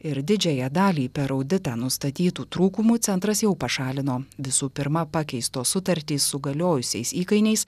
ir didžiąją dalį per auditą nustatytų trūkumų centras jau pašalino visų pirma pakeistos sutartys su galiojusiais įkainiais